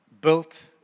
built